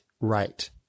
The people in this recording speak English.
right